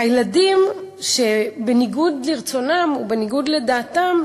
הילדים שבניגוד לרצונם ובניגוד לדעתם,